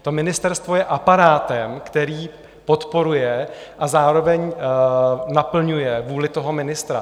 To ministerstvo je aparátem, který podporuje a zároveň naplňuje vůli ministra.